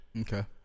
Okay